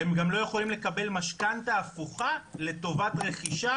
והם גם לא יכולים לקבל משכנתא הפוכה לטובת רכישה